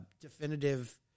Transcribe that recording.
definitive